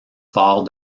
phare